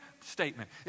statement